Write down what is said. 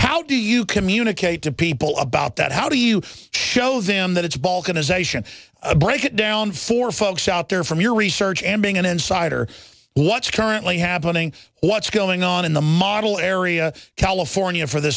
how do you communicate to people about that how do you show them that it's balkanization break it down for folks out there from your research and being an insider what's currently happening what's going on in the model area california for the